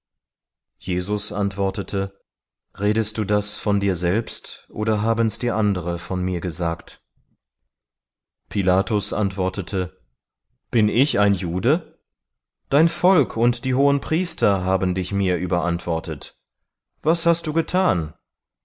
jesus antwortete redest du das von dir selbst oder haben's dir andere von mir gesagt pilatus antwortete bin ich ein jude dein volk und die hohenpriester haben dich mir überantwortet was hast du getan